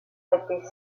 prêté